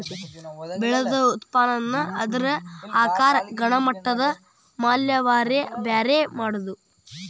ಬೆಳದ ಉತ್ಪನ್ನಾನ ಅದರ ಆಕಾರಾ ಗುಣಮಟ್ಟದ ಮ್ಯಾಲ ಬ್ಯಾರೆ ಬ್ಯಾರೆ ಮಾಡುದು